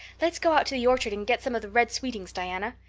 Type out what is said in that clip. let's go out to the orchard and get some of the red sweetings, diana.